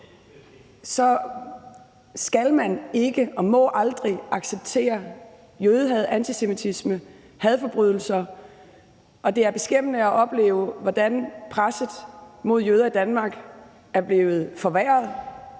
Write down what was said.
skal man ikke og må aldrig acceptere jødehad, antisemitisme, hadforbrydelser, og det er beskæmmende at opleve, hvordan presset mod jøder i Danmark er blevet forværret